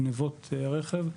גניבות רכב,